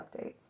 updates